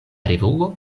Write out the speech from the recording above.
revuo